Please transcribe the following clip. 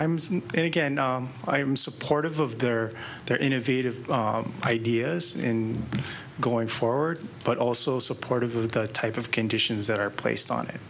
then again i am supportive of their their innovative ideas in going forward but also supportive of the type of conditions that are placed on it